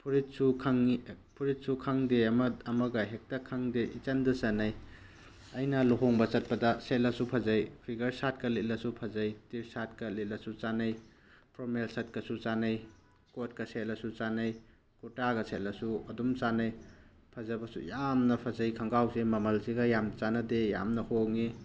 ꯐꯨꯔꯤꯠꯁꯨ ꯈꯪꯏ ꯐꯨꯔꯤꯠꯁꯨ ꯈꯪꯗꯦ ꯑꯃꯒ ꯑꯃꯒ ꯍꯦꯛꯇ ꯈꯪꯗꯦ ꯏꯆꯟꯗ ꯆꯟꯅꯩ ꯑꯩꯅ ꯂꯨꯍꯣꯡꯕ ꯆꯠꯄꯗ ꯁꯦꯠꯂꯁꯨ ꯐꯖꯩ ꯐꯤꯒꯔ ꯁꯥꯔꯠꯀ ꯂꯤꯠꯂꯁꯨ ꯐꯖꯩ ꯇꯤ ꯁꯥꯔꯠꯀ ꯂꯤꯠꯂꯁꯨ ꯆꯥꯟꯅꯩ ꯐꯣꯔꯃꯦꯜ ꯁꯥꯔꯠꯀꯁꯨ ꯆꯥꯟꯅꯩ ꯀꯣꯠꯀ ꯁꯦꯠꯂꯁꯨ ꯆꯥꯟꯅꯩ ꯀꯨꯔꯇꯥꯒ ꯁꯦꯠꯂꯁꯨ ꯑꯗꯨꯝ ꯆꯥꯟꯅꯩ ꯐꯖꯕꯁꯨ ꯌꯥꯝꯅ ꯐꯖꯩ ꯈꯣꯡꯒ꯭ꯔꯥꯎꯁꯦ ꯃꯃꯜꯁꯤꯒ ꯌꯥꯝ ꯆꯥꯟꯅꯗꯦ ꯌꯥꯝꯅ ꯍꯣꯡꯉꯤ